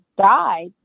died